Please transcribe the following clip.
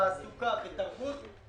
תעסוקה ותרבות.